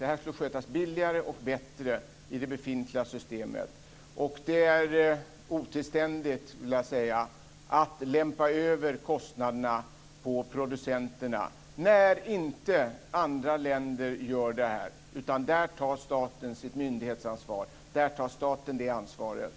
Det här skulle skötas billigare och bättre i det befintliga systemet. Det är otillständigt att lämpa över kostnaderna på producenterna. I andra länder gör staten inte så, utan där tar staten sitt myndighetsansvar i detta sammanhang.